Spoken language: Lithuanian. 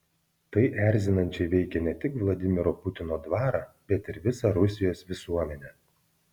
tai erzinančiai veikia ne tik vladimiro putino dvarą bet ir visą rusijos visuomenę